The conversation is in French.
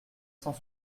cent